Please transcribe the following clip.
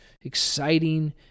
exciting